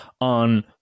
on